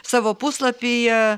savo puslapyje